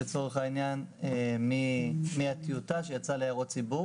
לצורך העניין מהטיוטה שיצאה להערות הציבור